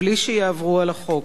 בלי שיעברו על החוק,